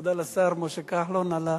תודה לשר משה כחלון על התשובות,